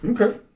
Okay